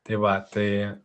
tai va tai